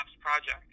project